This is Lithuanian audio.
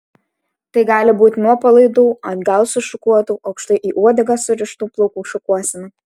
tai gali būti nuo palaidų atgal sušukuotų aukštai į uodegą surištų plaukų šukuosena